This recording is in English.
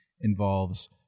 involves